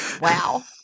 Wow